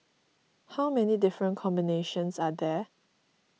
how many different combinations are there